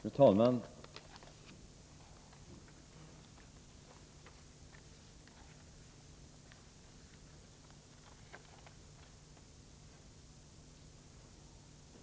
Fru talman!